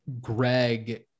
Greg